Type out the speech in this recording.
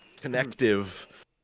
connective